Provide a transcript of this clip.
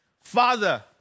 Father